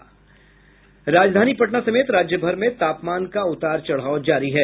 राजधानी पटना समेत राज्यभर में तापमान का उतार चढ़ाव जारी है